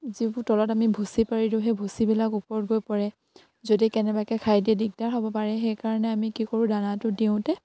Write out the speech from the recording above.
যিবোৰ তলত আমি ভুচি পাৰি দিওঁ সেই ভুচিবিলাক ওপৰত গৈ পৰে যদি কেনেবাকে খাই দিয়ে দিগদাৰ হ'ব পাৰে সেইকাৰণে আমি কি কৰোঁ দানাটো দিওঁতে